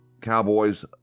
cowboys